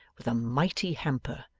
with a mighty hamper,